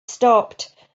stopped